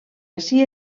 ací